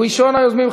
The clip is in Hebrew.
ראשון היוזמים,